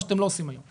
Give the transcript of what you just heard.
מה אתם לא עושים היום.